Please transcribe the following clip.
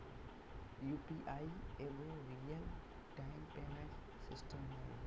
UPI एगो real time payment system हइ